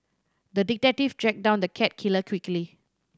the detective tracked down the cat killer quickly